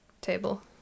table